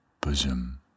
bosom